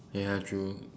ya true